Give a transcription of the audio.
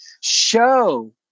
show